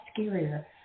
scarier